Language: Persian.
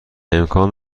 امکان